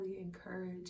encourage